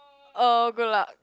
oh good luck